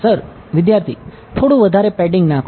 વિદ્યાર્થી થોડુ વધારે પેડીંગ નાખો